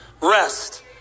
rest